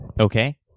Okay